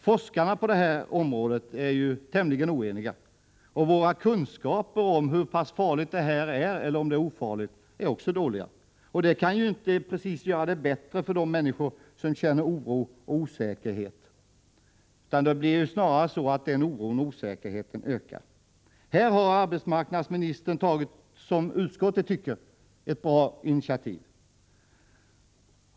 Forskarna är tämligen oeniga, och våra kunskaper är dåliga när det gäller att bedöma om detta arbete är farligt eller ofarligt. Det gör inte saken bättre för de människor som känner oro och osäkerhet, och den oron och osäkerheten ökar. Här har arbetsmarknadsministern enligt utskottets mening tagit ett bra initiativ.